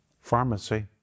Pharmacy